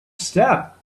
step